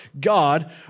God